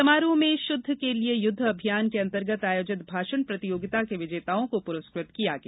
समारोह में शुद्ध के लिये युद्ध अभियान के अंतर्गत आयोजित भाषण प्रतियोगिता के विजेताओं को पुरुस्कृत किया गया